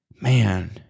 Man